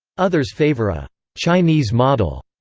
others favor a chinese model,